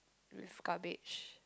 with garbage